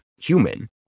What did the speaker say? human